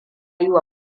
yiwa